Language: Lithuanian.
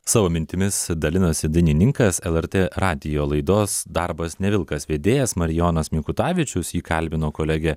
savo mintimis dalinosi dainininkas lrt radijo laidos darbas ne vilkas vedėjas marijonas mikutavičius jį kalbino kolegė